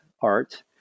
art